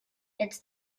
its